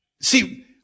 see